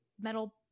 metal